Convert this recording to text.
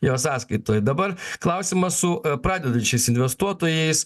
jo sąskaitoj dabar klausimas su pradedančiais investuotojais